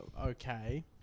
okay